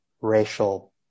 racial